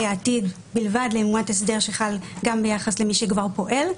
העתיד בלבד לעומת הסדר שחל גם ביחס למי שכבר פועל,